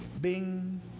bing